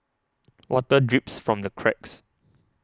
water drips from the cracks